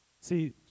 See